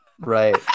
Right